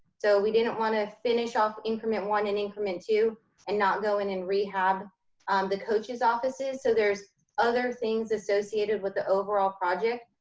so we didn't wanna finish off increment one and increment two and not go in and rehab the coaches offices. so there's other things associated with the overall project.